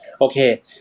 okay